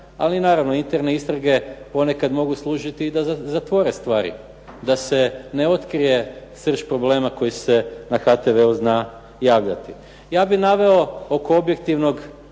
ali naravno interne istrage ponekad mogu služiti i da zatvore stvari. Da se ne otkrije srž problema koji se na HRV-u zna javljati. Ja bih naveo oko objektivno